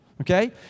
okay